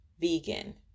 vegan